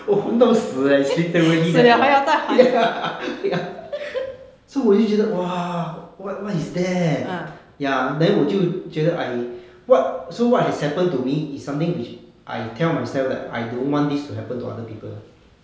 我还到死耶 is literally that leh ya ya so 我就觉得 !wah! what what is that ya then 我就觉得 I what so what has happen to me is something which I tell myself that I don't want this to happen to other people